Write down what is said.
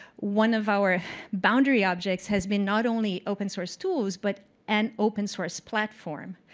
one of our boundary objects has been not only open-source tools, but an open-source platform.